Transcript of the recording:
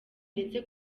ndetse